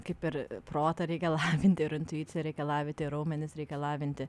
kaip ir protą reikia lavinti ir intuiciją reikia lavinti ir raumenis reikia lavinti